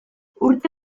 urte